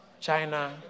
China